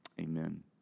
amen